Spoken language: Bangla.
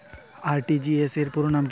আর.টি.জি.এস র পুরো নাম কি?